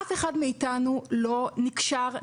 אף אחד מאתנו לא נקשר,